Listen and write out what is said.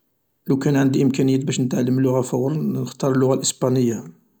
لوكان عندي إمكانيات باش نتعلم لغة فورا نختار اللغة الاسبانية